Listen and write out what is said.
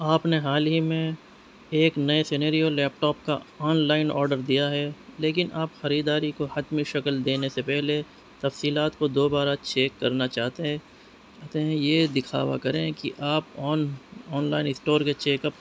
آپ نے حال ہی میں ایک نئے سنیریو لیپ ٹاپ کا آن لائن آڈر دیا ہے لیکن آپ خریداری کو حتمی شکل دینے سے پہلے تفصیلات کو دو بارہ چیک کرنا چاہتے ہیں چاہتے ہیں یہ دکھاوا کریں کہ آپ آن آن لائن اسٹور کے چیک اپ